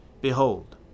Behold